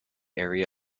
area